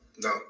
No